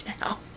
now